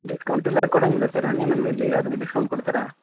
discount ಎಲ್ಲ ಕೊಡೋಂಗಿಲ್ಲ sir ಹಣ್ಣಿನ ಅಂಗಡಿಯಲ್ಲಿ ಯಾರಾದ್ರೂ ಡಿಸ್ಕೌಂಟ್ ಕೊಡ್ತಾರಾ